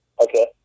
Okay